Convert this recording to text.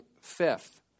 fifth